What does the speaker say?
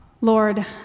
lord